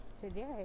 today